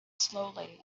slowly